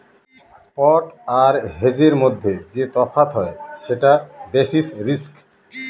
spot আর হেজের মধ্যে যে তফাৎ হয় সেটা বেসিস রিস্ক